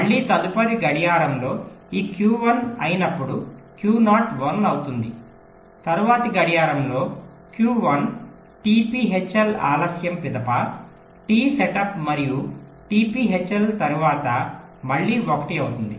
మళ్ళీ తదుపరి గడియారంలో Q1 అయినప్పుడు Q0 1 అవుతుంది తరువాతి గడియారంలో Q1 t p hl ఆలస్యం పిదప t సెటప్ మరియు t p hl తర్వాత మళ్ళీ 1 అవుతుంది